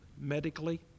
medically